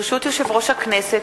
ברשות יושב-ראש הכנסת,